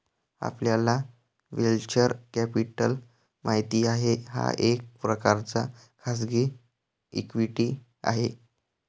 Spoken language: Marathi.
आपल्याला व्हेंचर कॅपिटल माहित आहे, हा एक प्रकारचा खाजगी इक्विटी आहे